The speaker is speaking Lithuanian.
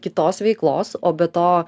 kitos veiklos o be to